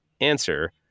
answer